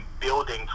building